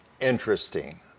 interesting